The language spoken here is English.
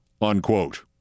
unquote